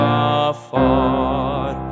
afar